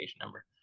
number